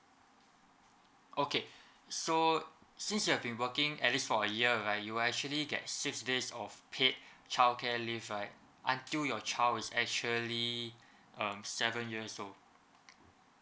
okay so since you have been working at least for a year right you will actually get six days of paid childcare leave right until your child is actually um seven years old